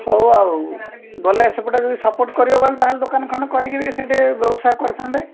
ହଉ ଆଉ ଗଲେ ସେପଟେ ଯଦି ସପୋର୍ଟ କରିବ ବୋଲେ ତାହେଲେ ଦୋକାନ ଖଣ୍ଡେ କରିକିରି ସେଠି ବ୍ୟବସାୟ କରିଥାନ୍ତେ